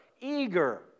eager